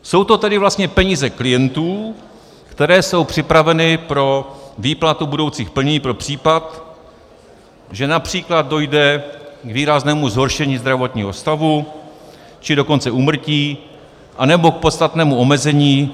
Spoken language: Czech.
Jsou to tedy vlastně peníze klientů, které jsou připraveny pro výplatu budoucích plnění pro případ, že např. dojde k výraznému zhoršení zdravotního stavu, či dokonce úmrtí, anebo k podstatnému omezení...